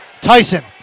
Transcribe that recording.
Tyson